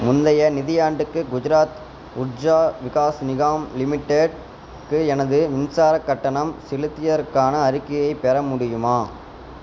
முந்தைய நிதியாண்டுக்கு குஜராத் உர்ஜா விகாஸ் நிகாம் லிமிடெட்க்கு எனது மின்சாரக் கட்டணம் செலுத்தியதற்கான அறிக்கையைப் பெற முடியுமா